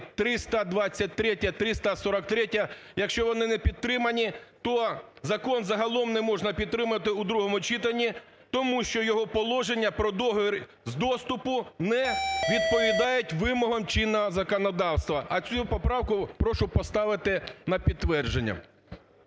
323-я і 343-я, якщо вони не підтримані, то закон загалом неможна підтримувати у другому читанні, тому що його положення про договір з доступу не відповідають вимогам чинного законодавства. А цю поправку, прошу поставити на підтвердження.